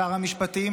שר המשפטים,